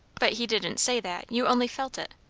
but he didn't say that you only felt it.